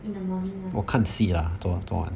in the morning [one] ah